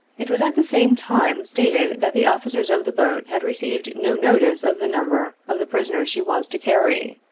it was at the same time stated, that the officers of the boat had received no notice of the number of the prisoners she was to carry,